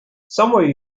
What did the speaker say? somewhere